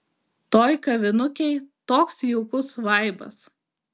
toj kavinukėj toks jaukus vaibas